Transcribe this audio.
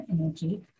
energy